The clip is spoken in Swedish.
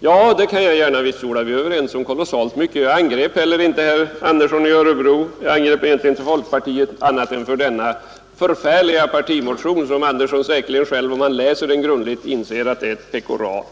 Jag kan gärna vitsorda att vi är överens om kolossalt mycket. Jag angrep heller inte herr Andersson i Örebro. Jag angrep egentligen inte folkpartiet annat än för den förfärliga partimotionen. Om herr Andersson läser den grundligt, skall han själv inse att den är ett pekoral.